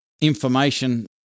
information